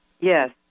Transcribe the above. Yes